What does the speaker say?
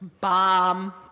Bomb